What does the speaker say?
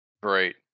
Great